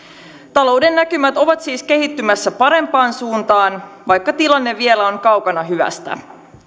talouden näkymät ovat siis kehittymässä parempaan suuntaan vaikka tilanne on vielä kaukana hyvästä